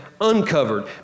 uncovered